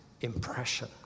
impression